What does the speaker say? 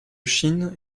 chine